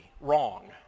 wrong